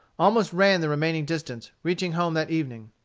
almost ran the remaining distance, reaching home that evening.